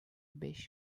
beş